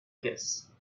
caisse